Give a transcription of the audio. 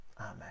amen